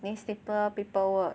then staple paperwork